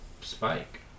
Spike